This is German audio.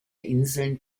inseln